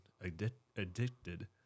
addicted